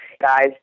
guy's